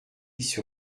sur